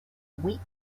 weak